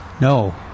No